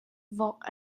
vok